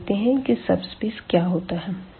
तो देखते हैं कि सबस्पेस क्या होते है